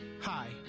Hi